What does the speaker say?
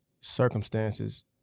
circumstances